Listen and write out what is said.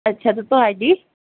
ਅੱਛਾ ਤੋ ਤੁਹਾਡੀ